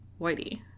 Whitey